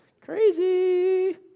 Crazy